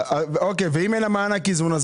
ואם אין לה מענק איזון,